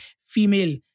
female